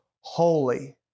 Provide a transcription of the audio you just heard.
holy